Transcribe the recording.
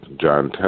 John